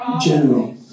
general